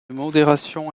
modération